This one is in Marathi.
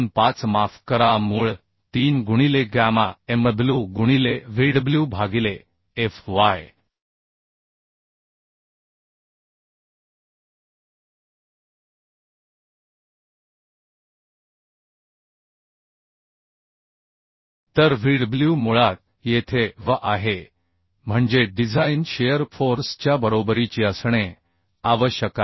25 माफ करा मूळ 3 गुणिले गॅमा mw गुणिले Vdw भागिले fy तर Vdw मुळात येथे V आहे म्हणजे डिझाइन शिअर फोर्स च्या बरोबरीची असणे आवश्यक आहे